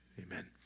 Amen